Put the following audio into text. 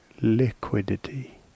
liquidity